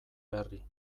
berri